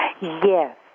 Yes